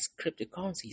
cryptocurrencies